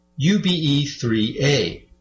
UBE3A